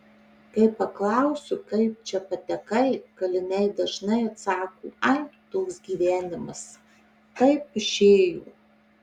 kai paklausiu kaip čia patekai kaliniai dažnai atsako ai toks gyvenimas taip išėjo